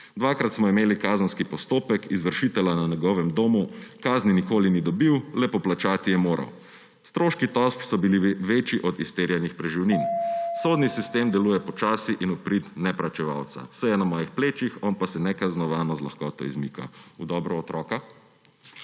Dvakrat smo imeli kazenski postopek izvršitelja na njegovem domu, kazni nikoli ni dobil, le poplačati je moral. Stroški tožb so bili večji od izterjanih preživnin. Sodni sistem deluje počasi in v prid neplačevalca. Vse je na mojih plečih, on pa se nekaznovano z lahkoto izmika.« V dobro otroka?